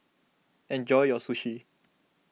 enjoy your Sushi